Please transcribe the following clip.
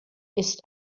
ist